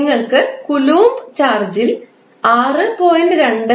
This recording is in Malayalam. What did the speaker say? നിങ്ങൾക്ക് കൂലോംബ് ചാർജിൽ 6